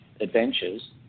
adventures